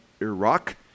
Iraq